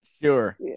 sure